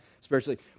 spiritually